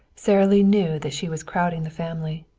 sara lee knew that she was crowding the family.